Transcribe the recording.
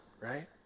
right